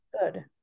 good